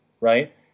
right